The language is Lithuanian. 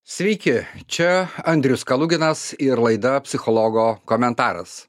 sveiki čia andrius kaluginas ir laida psichologo komentaras